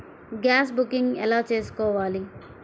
Gas booking ఎలా చేసుకోవాలి?